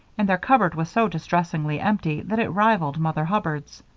and their cupboard was so distressingly empty that it rivaled mother hubbard's.